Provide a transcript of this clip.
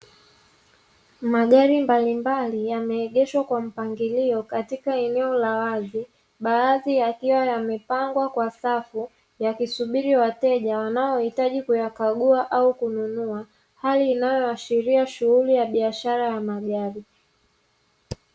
Magari mbalimbali yameegeshwa kwa mpangilio katika eneo la wazi, baadhi yakiwa yamepangwa kwa safu, yakisubiri wateja wanaoitaji kuyakagua au kununua. Hali inayoashiria shughuli ya biashara ya magari.